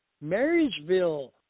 Marysville